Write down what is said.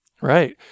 Right